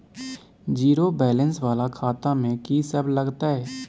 Zero balance वाला खाता में की सब लगतै?